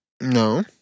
No